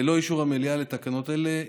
ללא אישור המליאה לתקנות אלה,